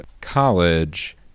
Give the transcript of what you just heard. college